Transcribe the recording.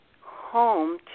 home